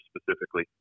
specifically